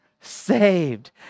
saved